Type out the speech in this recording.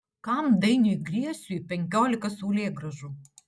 kam dainiui griesiui penkiolika saulėgrąžų